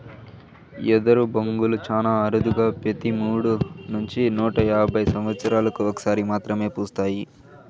ఎదరు బొంగులు చానా అరుదుగా పెతి మూడు నుంచి నూట యాభై సమత్సరాలకు ఒక సారి మాత్రమే పూస్తాయి